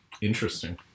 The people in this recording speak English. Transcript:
Interesting